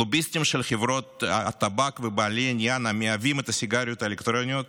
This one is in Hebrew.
לוביסטים של חברות הטבק ובעלי עניין המייבאים את הסיגריות האלקטרוניות